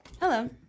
Hello